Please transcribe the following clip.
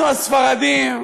אנחנו הספרדים,